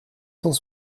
cent